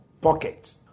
pocket